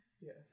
Yes